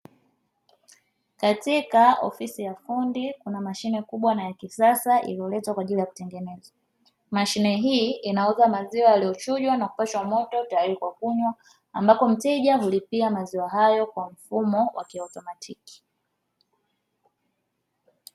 Katika ofisi ya fundi kuna mashine kubwa na ya kisasa iliyoletwa kwa ajili ya kutengenezwa, mashine hii inauza maziwa yaliyochujwa na kupashwa moto tayari kwa kunywa ambapo mteja hulipia maziwa hayo kwa mfumo wa kiautomatiki.